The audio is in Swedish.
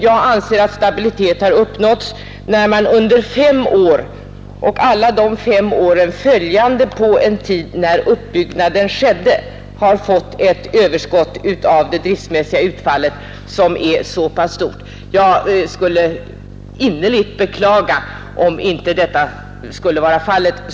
Jag anser att stabilitet har uppnåtts, när man under fem år — och alla de fem åren följande på en tid när uppbyggnaden skedde — har fått ett överskott i det driftsmässiga utfallet som är så pass stort. Jag skulle innerligt beklaga, om inte detta skulle vara fallet.